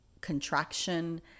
contraction